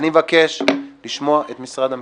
אני מבקש לשמוע את משרד המשפטים.